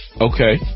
Okay